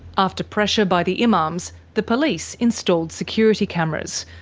after pressure by the imams, the police installed security cameras,